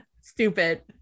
stupid